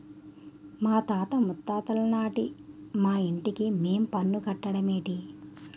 మాతాత ముత్తాతలనాటి మా ఇంటికి మేం పన్ను కట్టడ మేటి